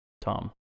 Tom